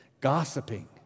Gossiping